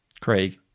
Craig